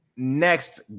next